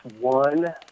One